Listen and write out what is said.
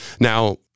Now